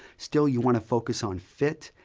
still you want to focus on fit,